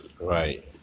Right